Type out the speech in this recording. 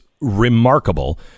remarkable